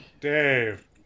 Dave